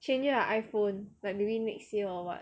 changing a iphone like maybe next year or what